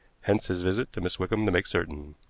hence his visit to miss wickham to make certain.